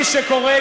מי שקורא,